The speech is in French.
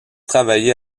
travailler